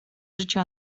życiu